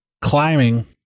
climbing